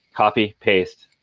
copy, paste,